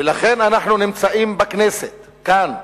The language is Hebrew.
ולכן אנחנו נמצאים בכנסת, כאן,